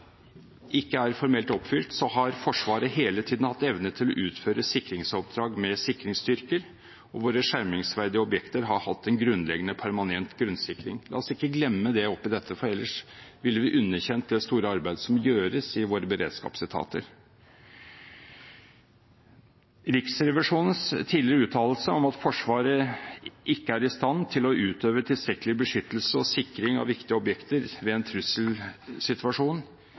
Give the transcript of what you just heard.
ikke er formelt oppfylt, at Forsvaret hele tiden har hatt evne til å utføre sikringsoppdrag med sikringsstyrker, hvor skjermingsverdige objekter har hatt en grunnleggende permanent grunnsikring. La oss ikke glemme det oppi dette, for ellers ville vi underkjent det store arbeidet som gjøres i våre beredskapsetater. Riksrevisjonens tidligere uttalelse om at Forsvaret ikke er «i stand til å utøve tilstrekkelig beskyttelse og sikring av viktige objekter ved en trusselsituasjon»,